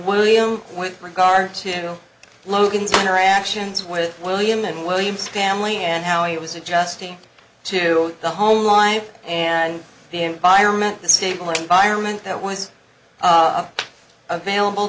william with regard to logan's interactions with william and william's family and how it was adjusting to the home life and the environment the stable environment that was available